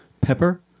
pepper